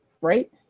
right